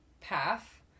path